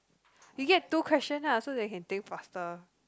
you get two question lah so they can think faster